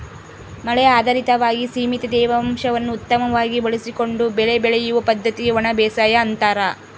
ಮಳೆ ಆಧಾರಿತವಾಗಿ ಸೀಮಿತ ತೇವಾಂಶವನ್ನು ಉತ್ತಮವಾಗಿ ಬಳಸಿಕೊಂಡು ಬೆಳೆ ಬೆಳೆಯುವ ಪದ್ದತಿಗೆ ಒಣಬೇಸಾಯ ಅಂತಾರ